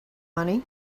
money